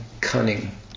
cunning